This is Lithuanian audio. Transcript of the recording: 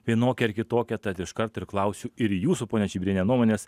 vienokią ar kitokią tad iškart ir klausiu ir jūsų pone čibiriene nuomonės